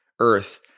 Earth